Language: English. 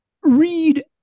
read